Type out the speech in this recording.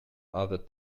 other